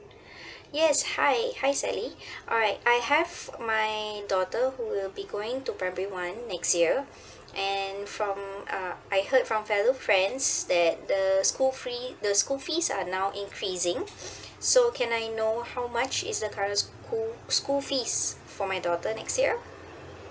yes hi hi sally alright I have my daughter who will be going to primary one next year and from uh I heard from fellow friends that the school free the school fees are now increasing so can I know how much is the current school school fees for my daughter next year